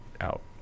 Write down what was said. out